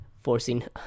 Forcing